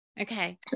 Okay